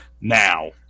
now